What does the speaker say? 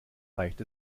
reicht